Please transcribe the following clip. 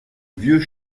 vieux